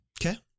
okay